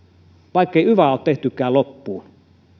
vaikkei yvaa ole tehtykään loppuun